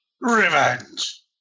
Revenge